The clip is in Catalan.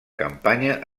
campanya